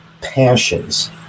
passions